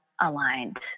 aligned